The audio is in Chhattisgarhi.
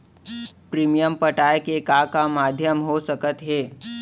प्रीमियम पटाय के का का माधयम हो सकत हे?